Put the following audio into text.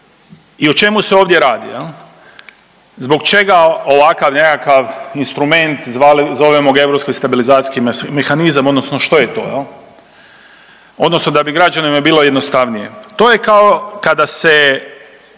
i o čemu se ovdje radi. Zbog čega ovakav nekakav instrument zovemo ga ESM-om odnosno što je to odnosno da bi građanima bilo jednostavnije? To je kao kada se